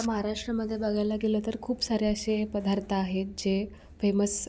महाराष्ट्रामध्ये बघायला गेलं तर खूप सारे असे पदार्थ आहेत् जे फेमस